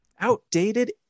Outdated